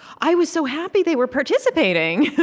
i was so happy they were participating.